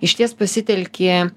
išties pasitelki